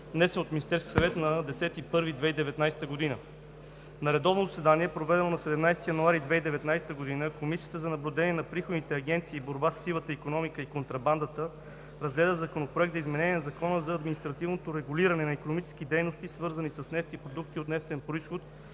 внесен от Министерския съвет на 10 януари 2019 г. На редовно заседание, проведено на 17 януари 2019 г., Комисията за наблюдение на приходните агенции и борба със сивата икономика и контрабандата, разгледа Законопроект за изменение на Закона за административното регулиране на икономически дейности, свързани с нефт и продукти от нефтен произход,